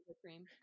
cream